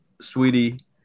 sweetie